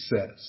says